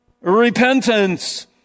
repentance